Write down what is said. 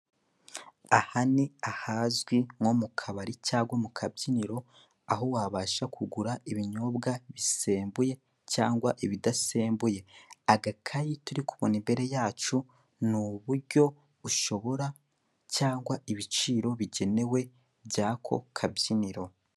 Aha ni ahazwi nko mu kabari cyangwa mu kabyiniro, aho wabasha kugura ibinyobwa bisembuye cyangwa ibidasembuye, agakayi turi kubonabona imbere yacu ni uburyo bushobora cyangwa ibiciro bigenewe by'ako kabyiniro.